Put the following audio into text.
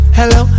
Hello